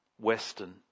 Western